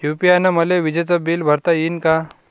UPI न मले विजेचं बिल भरता यीन का?